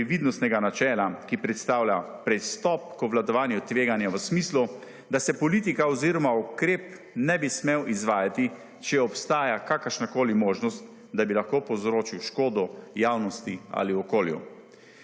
previdnostnega načela, ki predstavlja prestop k obvladovanju tveganja v smislu, da se politika oziroma ukrep ne bi smel izvajati, če obstaja kakršnakoli možnost, da bi lahko povzročil škodo javnosti ali okolju,